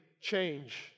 change